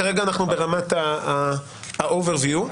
כרגע אנחנו ברמת הסקירה הכללית overview,